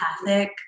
empathic